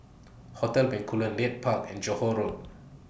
Hotel Bencoolen Leith Park and Johore Road